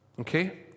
okay